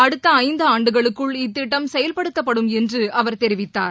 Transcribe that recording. அடுக்க ஐந்து ஆண்டுகளுக்குள் இத்திட்டம் செயல்படுத்தப்படும் என்றும் அவர் தெரிவித்தார்